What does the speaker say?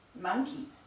monkeys